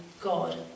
God